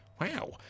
Wow